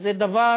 זה דבר